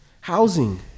housing